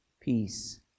Peace